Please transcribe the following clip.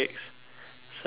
seven